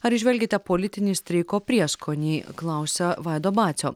ar įžvelgiate politinį streiko prieskonį klausia vaido bacio